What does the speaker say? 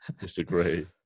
disagree